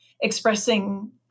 expressing